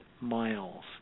miles